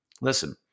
listen